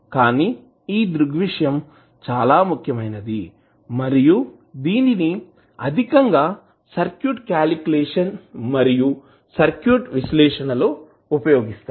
కానీ ఈ దృగ్విషయం చాలా ముఖ్యమైనది మరియు దీనిని ఆధికంగా సర్క్యూట్ క్యాలిక్యులేషన్ మరియు సర్క్యూట్ విశ్లేషణ లో ఉపయోగిస్తారు